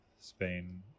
Spain